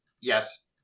Yes